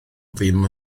ddim